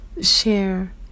share